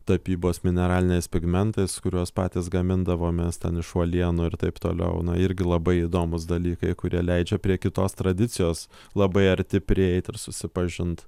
tapybos mineraliniais pigmentais kuriuos patys gamindavomės ten iš uolienų ir taip toliau irgi labai įdomūs dalykai kurie leidžia prie kitos tradicijos labai arti prieit ir susipažint